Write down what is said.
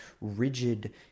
rigid